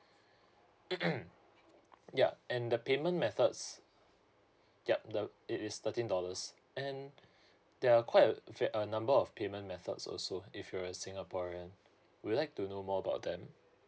yup and the payment methods yup the it is thirteen dollars and there are quite a ver~ a number of payment methods also if you're a singaporean will you like to know more about them